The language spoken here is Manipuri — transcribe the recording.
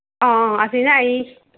ꯑꯥ ꯑꯥ ꯑꯥ ꯑꯁꯤꯅ ꯑꯩ